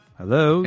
hello